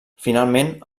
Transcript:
finalment